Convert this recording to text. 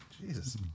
Jesus